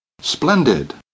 Splendid